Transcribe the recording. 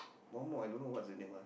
one more I don't know what's the name ah